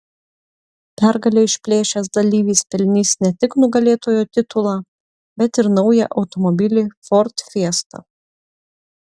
pergalę išplėšęs dalyvis pelnys ne tik nugalėtojo titulą bet ir naują automobilį ford fiesta